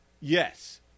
Yes